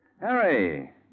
Harry